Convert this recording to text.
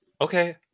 Okay